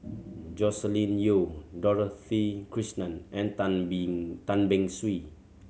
Joscelin Yeo Dorothy Krishnan and Tan Beng Tan Beng Swee